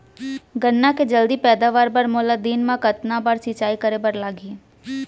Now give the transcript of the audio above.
गन्ना के जलदी पैदावार बर, मोला दिन मा कतका बार सिंचाई करे बर लागही?